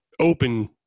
open